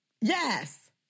Yes